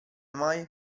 mai